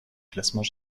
classement